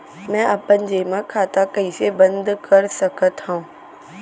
मै अपन जेमा खाता कइसे बन्द कर सकत हओं?